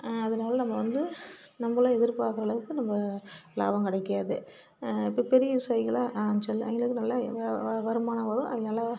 அதனால் நம்ம வந்து நம்மெல்லாம் எதிர்ப்பார்க்கற அளவுக்கு நம்ம லாபம் கிடைக்காது இப்போ பெரிய விவாசாயிங்களெலாம் ஆ சொல்லயிலே நல்ல வருமானம் வரும் அதனால்